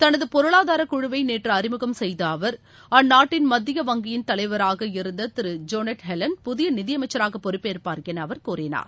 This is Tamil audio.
தனது பொருளாதார குழுவை நேற்று அறிமுகம் செய்த அவர் அந்நாட்டின் மத்திய வங்கியின் தலைவராக இருந்த திரு ஜோனேட் ஹெலன் புதிய நிதியமைச்சராக பொறுப்பேற்பார் என அவர் கூறினார்